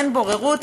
אין בוררות,